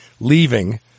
leaving